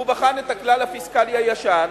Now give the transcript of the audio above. הוא בחן את הכלל הפיסקלי הישן,